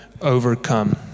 overcome